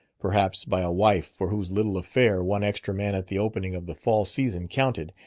perhaps, by a wife for whose little affair one extra man at the opening of the fall season counted,